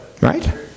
Right